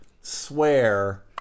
swear